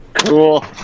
Cool